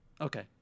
Okay